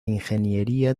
ingeniería